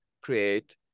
create